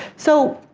so,